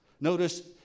notice